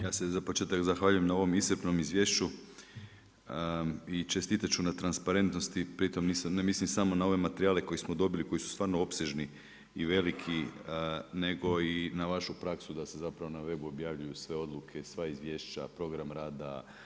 Ja se za početak zahvaljujem na ovom iscrpnom izvješću i čestitati ću na transparentnosti pri tom ne mislim samo na ove materijale koje smo dobili, koji su stvarno opsežni i veliki, nego i na vašu praksu, da se zapravo na webu objavljuju sve odluke i sva izvješća, program rada.